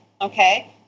okay